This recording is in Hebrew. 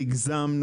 בחודשים?